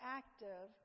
active